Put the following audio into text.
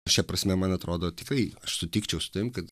šia prasme man atrodo tikrai aš sutikčiau su tavim kad